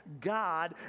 God